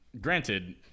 granted